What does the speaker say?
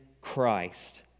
Christ